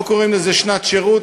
לא קוראים לזה שנת שירות,